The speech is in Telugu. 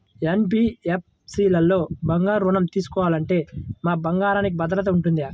ఎన్.బీ.ఎఫ్.సి లలో బంగారు ఋణం తీసుకుంటే మా బంగారంకి భద్రత ఉంటుందా?